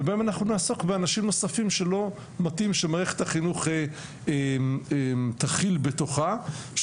ובהם אנחנו נעסוק באנשים נוספים שלא מתאים שמערכת החינוך תכיל בתוכה.